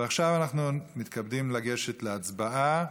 עכשיו אנחנו מתכבדים לגשת להצבעה.